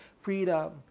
freedom